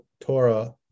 Torah